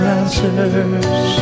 answers